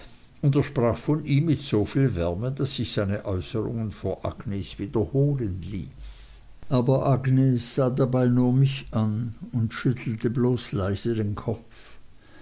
und er sprach von ihm mit so viel wärme daß ich ihn seine äußerungen vor agnes wiederholen ließ aber agnes sah dabei nur mich an und schüttelte bloß leise den kopf